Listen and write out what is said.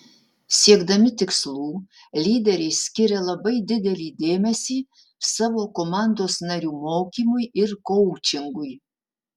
siekdami tikslų lyderiai skiria labai didelį dėmesį savo komandos narių mokymui ir koučingui